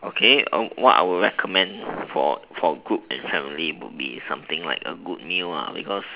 okay what I would recommend for for group and family would be something like a good meal because